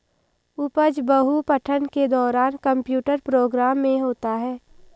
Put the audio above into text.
उपज बहु पठन के दौरान कंप्यूटर प्रोग्राम में होता है